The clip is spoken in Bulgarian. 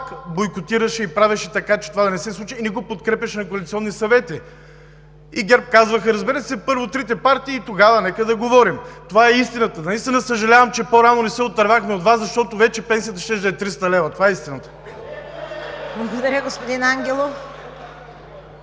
Благодаря, господин Ангелов.